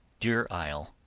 deer isle,